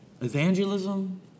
evangelism